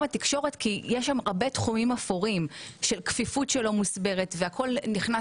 התקשורת כי יש שם הרבה תחומים אפורים של כפיפות שלא מוסברת והכול נכנס